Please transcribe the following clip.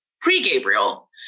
pre-Gabriel